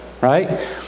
right